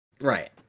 right